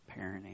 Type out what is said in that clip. parenting